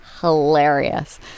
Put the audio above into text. Hilarious